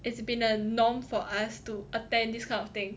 it's been a norm for us to attend this kind of thing